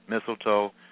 mistletoe